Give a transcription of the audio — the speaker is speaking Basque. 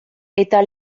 eta